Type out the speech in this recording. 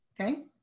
okay